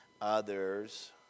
others